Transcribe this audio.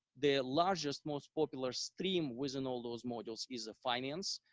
the largest, most popular stream within all those modules is finance.